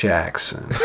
Jackson